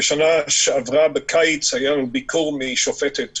בשנה שעברה בקיץ היה לנו ביקור של שופטת מהולנד,